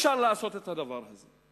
אי-אפשר לעשות את הדבר הזה.